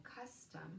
custom